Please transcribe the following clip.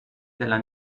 della